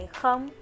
không